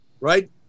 right